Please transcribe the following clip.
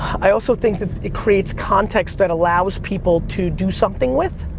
i also think that it creates context that allows people to do something with.